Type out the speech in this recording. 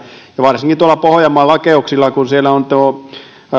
varsinkin tuolla pohjanmaan lakeuksilla kun siellä